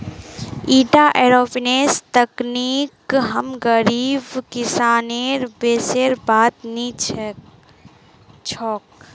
ईटा एयरोपोनिक्स तकनीक हम गरीब किसानेर बसेर बात नी छोक